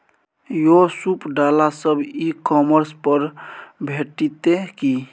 यौ सूप डाला सब ई कॉमर्स पर भेटितै की?